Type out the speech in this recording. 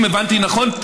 אם הבנתי נכון,